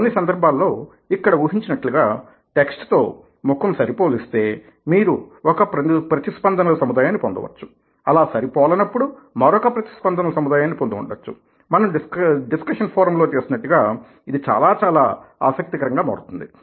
కొన్ని సందర్భాలలో ఇక్కడ ఊహించినట్లుగా టెక్స్ట్ తో ముఖం సరిపోలిస్తే మీరు ఒక ప్రతిస్పందనల సముదాయాన్ని పొందవచ్చు అలా సరిపోలనప్పుడు మరొక ప్రతిస్పందనల సముదాయాన్ని పొంది ఉండవచ్చు మనం డిస్కషన్ ఫోరంలో చేసినట్లుగా ఇది చాలా చాలా ఆసక్తికరంగా మారుతుంది